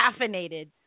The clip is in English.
caffeinated